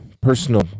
personal